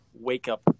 wake-up